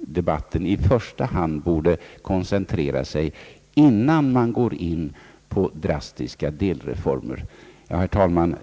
debatten i första hand borde koncentreras till innan man bestämmer sig för drastiska delreformer. Herr talman!